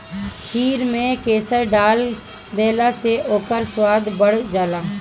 खीर में केसर डाल देहला से ओकर स्वाद बढ़ जाला